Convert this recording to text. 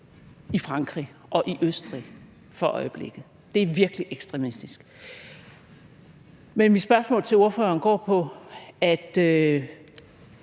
i Frankrig og i Østrig for øjeblikket. Det er virkelig ekstremistisk. Men mit spørgsmål til ordføreren går på, at